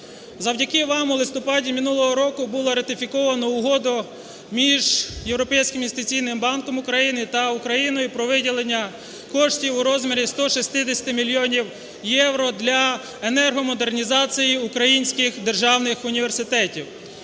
Завдяки вам у листопаді минулого року було ратифіковано Угоду між Європейським інвестиційним банком в Україні та Україною про виділення коштів у розмірі 160 мільйонів євро для енергомодернізації українських державних університетів.